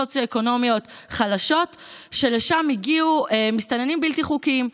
סוציו-אקונומיות נמוכות שלשם הגיעו מסתננים בלתי חוקיים,